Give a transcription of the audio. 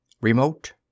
remote